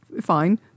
fine